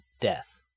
death